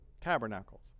tabernacles